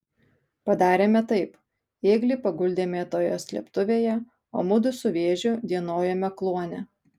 padarėme taip ėglį paguldėme toje slėptuvėje o mudu su vėžiu dienojome kluone